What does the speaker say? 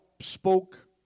spoke